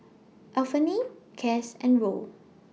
Anfernee Cass and Roe